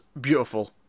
beautiful